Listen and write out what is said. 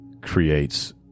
creates